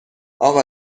اقا